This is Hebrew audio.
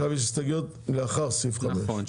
יש הסתייגויות לאחר סעיף 5. נכון,